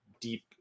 deep